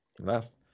Last